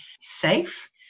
safe